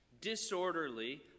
Disorderly